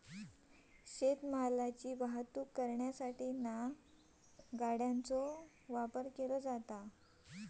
शेत मालाची वाहतूक करण्यासाठी गाड्यांचो वापर केलो जाता